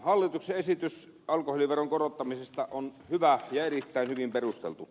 hallituksen esitys alkoholiveron korottamisesta on hyvä ja erittäin hyvin perusteltu